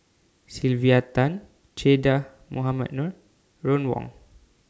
Sylvia Tan Che Dah Mohamed Noor and Ron Wong